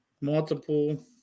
multiple